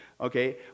Okay